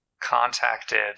Contacted